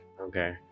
Okay